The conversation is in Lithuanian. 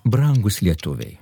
brangūs lietuviai